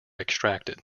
extracted